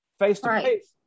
face-to-face